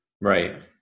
Right